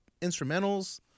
instrumentals